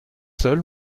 seule